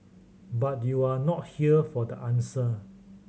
but you're not here for the answer